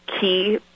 key